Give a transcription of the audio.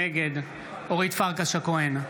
נגד אורית פרקש הכהן,